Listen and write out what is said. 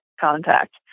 contact